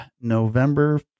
November